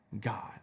God